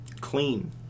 Clean